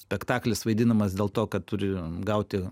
spektaklis vaidinamas dėl to kad turi gauti